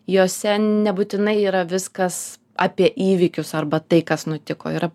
juose nebūtinai yra viskas apie įvykius arba tai kas nutiko yra